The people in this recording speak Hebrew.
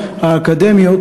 המכינות האקדמיות,